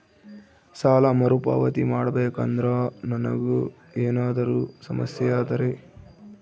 ಸಾಲ ಮರುಪಾವತಿ ಮಾಡಬೇಕಂದ್ರ ನನಗೆ ಏನಾದರೂ ಸಮಸ್ಯೆ ಆದರೆ?